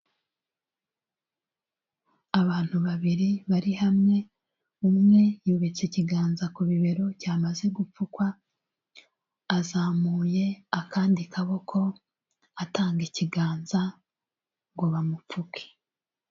Abantu babiri bari hamwe umwe yubitse ikiganza ku bibero cyamaze gupfukwa azamuye akandi kaboko atanga ikiganza ngo bamupfuke.